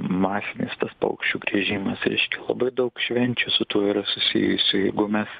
masinis tas paukščių grįžimas reiškia labai daug švenčių su tuo yra susijusių jeigu mes